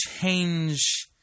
change